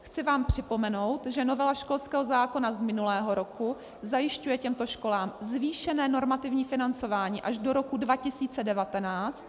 Chci vám připomenout, že novela školského zákona z minulého roku zajišťuje těmto školám zvýšené normativní financování až do roku 2019.